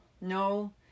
No